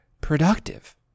productive